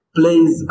plays